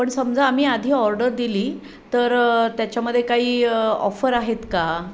पण समजा आम्ही आधी ऑर्डर दिली तर त्याच्यामध्ये काही ऑफर आहेत का